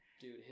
dude